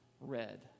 red